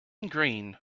green